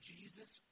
Jesus